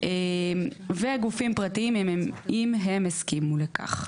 וגופים פרטיים אם הם יסכימו לכך.